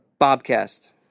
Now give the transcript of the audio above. Bobcast